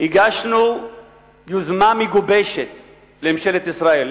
הגשנו יוזמה מגובשת לממשלת ישראל,